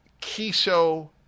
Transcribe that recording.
kiso